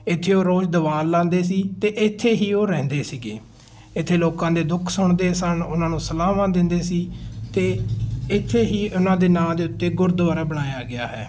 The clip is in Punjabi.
ਇੱਥੇ ਉਹ ਰੋਜ਼ ਦੀਵਾਨ ਲਾਉਂਦੇ ਸੀ ਅਤੇ ਇੱਥੇ ਹੀ ਉਹ ਰਹਿੰਦੇ ਸੀਗੇ ਇੱਥੇ ਲੋਕਾਂ ਦੇ ਦੁੱਖ ਸੁਣਦੇ ਸਨ ਉਹਨਾਂ ਨੂੰ ਸਲਾਹਾਂ ਦਿੰਦੇ ਸੀ ਅਤੇ ਇੱਥੇ ਹੀ ਉਹਨਾਂ ਦੇ ਨਾਂ ਦੇ ਉੱਤੇ ਗੁਰਦੁਆਰਾ ਬਣਾਇਆ ਗਿਆ ਹੈ